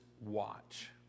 watch